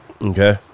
Okay